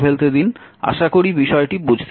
আশা করি বিষয়টি বুঝতে পেরেছেন